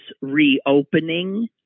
reopening